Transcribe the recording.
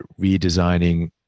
redesigning